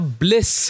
bliss।